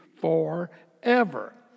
forever